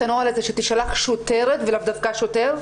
הנוהל הזה שתישלח שוטרת ולאו דווקא שוטר,